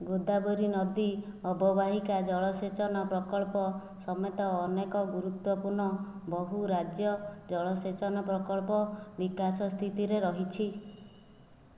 ଗୋଦାବରୀ ନଦୀ ଅବବାହିକା ଜଳସେଚନ ପ୍ରକଳ୍ପ ସମେତ ଅନେକ ଗୁରୁତ୍ୱପୂର୍ଣ୍ଣ ବହୁ ରାଜ୍ୟ ଜଳସେଚନ ପ୍ରକଳ୍ପ ବିକାଶ ସ୍ଥିତିରେ ରହିଛି